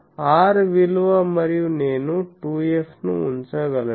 r విలువ మరియు నేను 2f ను ఉంచగలను